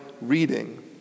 reading